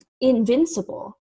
invincible